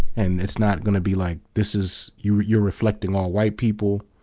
and it's not going to be like this is, you're you're reflecting on white people.